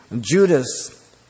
Judas